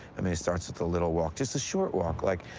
i mean, it starts with a little walk. just a short walk, like.